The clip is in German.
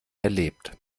erlebt